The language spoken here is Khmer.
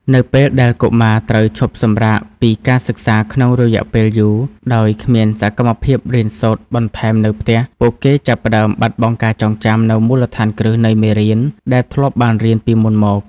នៅពេលដែលកុមារត្រូវឈប់សម្រាកពីការសិក្សាក្នុងរយៈពេលយូរដោយគ្មានសកម្មភាពរៀនសូត្របន្ថែមនៅផ្ទះ ពួកគេចាប់ផ្តើមបាត់បង់ការចងចាំនូវមូលដ្ឋានគ្រឹះនៃមេរៀនដែលធ្លាប់បានរៀនពីមុនមក។